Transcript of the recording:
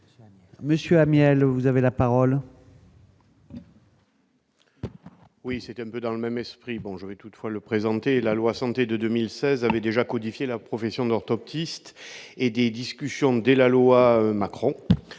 Monsieur Amiel, vous avez la parole.